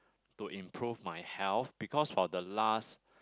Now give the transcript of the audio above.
to improve my health because for the last